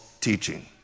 teaching